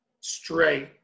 straight